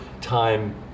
time